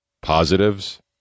Positives